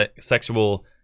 sexual